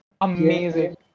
Amazing